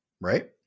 right